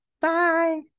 Bye